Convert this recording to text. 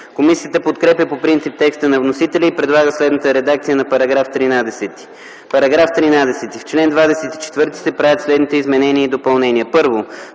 Комисията подкрепя по принцип текста на вносителя и предлага следната редакция на § 17: „§ 17. В чл. 37в се правят следните изменения и допълнения: